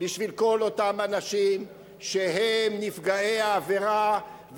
בשביל כל אותם אנשים שהם נפגעי העבירה,